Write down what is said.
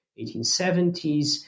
1870s